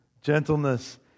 gentleness